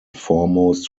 foremost